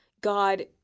God